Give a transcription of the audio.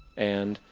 and,